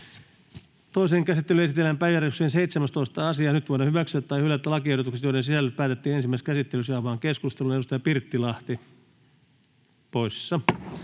Toiseen käsittelyyn esitellään päiväjärjestyksen 10. asia. Nyt voidaan hyväksyä tai hylätä lakiehdotus, jonka sisällöstä päätettiin ensimmäisessä käsittelyssä. — Edustaja Laiho, olkaa